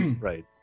right